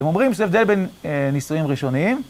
הם אומרים שיש הבדל בין נישואים ראשונים.